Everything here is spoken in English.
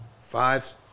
five